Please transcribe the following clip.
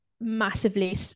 massively